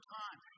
time